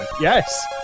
Yes